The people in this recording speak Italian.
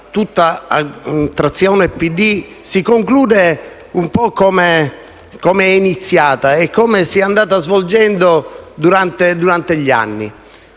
tutta a trazione PD, si conclude un po' come è iniziata e come si è andata svolgendo durante gli anni.